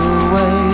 away